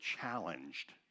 challenged